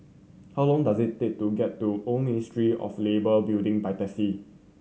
how long does it take to get to Old Ministry of Labour Building by taxi